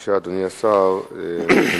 רצוני לשאול: 1. האם השר סבור כי התנהלות